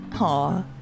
Aw